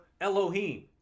Elohim